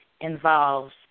involves